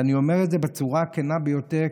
ואני אומר את זה בצורה הכנה ביותר,